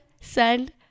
send